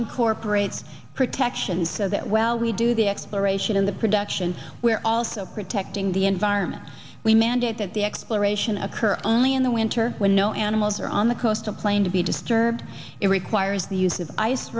incorporates protection so that well we do the exploration of the production we're also protecting the environment we mandate that the exploration occur only in the winter when no animals are on the coastal plain to be disturbed it requires the use of ice